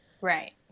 Right